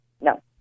No